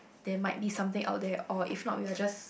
there might be something out there or if not we are just